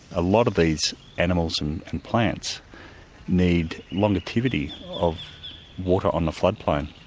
a lot of these animals and and plants need longevity of water on the floodplain.